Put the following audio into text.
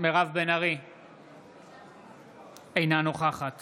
אינה נוכחת